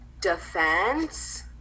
defense